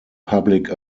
public